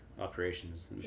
operations